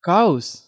Cows